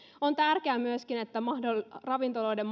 on tärkeää myöskin että ravintoloiden